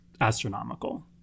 astronomical